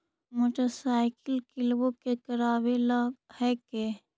मोटरसाइकिलवो के करावे ल हेकै?